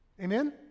Amen